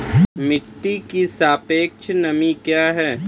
मिटी की सापेक्षिक नमी कया हैं?